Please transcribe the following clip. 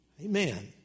Amen